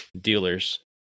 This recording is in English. dealers